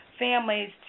families